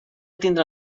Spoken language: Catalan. tindre